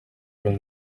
buri